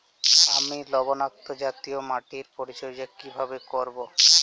আমি লবণাক্ত জাতীয় মাটির পরিচর্যা কিভাবে করব?